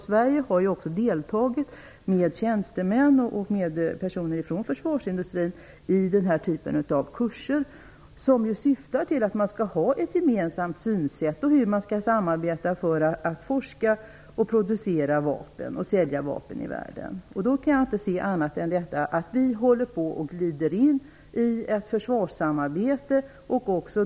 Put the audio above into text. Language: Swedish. Svenska tjänstemän och personer från försvarsindustrin har deltagit i de kurser som syftar till ett gemensamt synsätt och till ett samarbete när det gäller forskning om, produktion och försäljning av vapen ute i världen. Jag kan inte se annat än att vi håller på att glida in i ett försvarssamarbete.